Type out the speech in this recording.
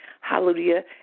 hallelujah